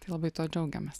tai labai tuo džiaugiamės